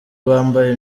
bambaye